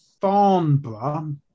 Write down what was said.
Farnborough